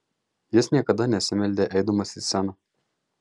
jis niekada nesimeldė eidamas į sceną